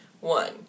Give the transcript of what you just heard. one